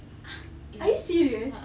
ah are you serious